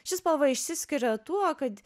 ši spalva išsiskiria tuo kad